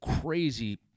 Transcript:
crazy